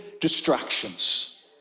distractions